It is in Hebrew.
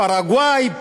פרגוואי,